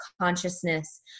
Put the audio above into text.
consciousness